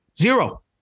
Zero